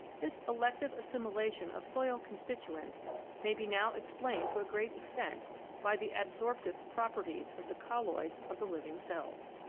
this elective assimilation of soil constituents may be now explained to a great extent by the adsorptive qualities of the colloids of the living cells.